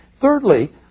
Thirdly